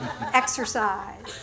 Exercise